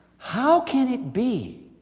how can it be